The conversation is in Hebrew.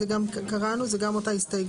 זה גם קראנו, זה גם אותה הסתייגות.